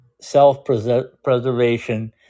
self-preservation